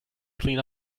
clean